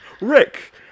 Rick